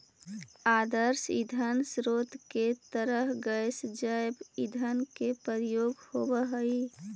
आदर्श ईंधन स्रोत के तरह गैस जैव ईंधन के प्रयोग होवऽ हई